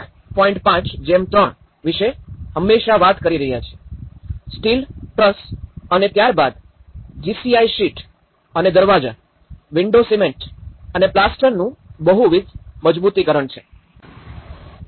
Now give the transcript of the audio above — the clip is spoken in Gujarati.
૫૩ વિશે હંમેશાં વાત કરી રહ્યા છીએ સ્ટીલ ટ્રસ અને ત્યારબાદ જીસીઆઈ શીટ અને દરવાજા વિંડો સિમેન્ટ અને પ્લાસ્ટરનું બહુવિધ મજબૂતીકરણ છે